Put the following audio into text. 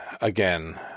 again